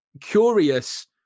curious